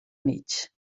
mig